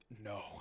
No